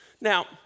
Now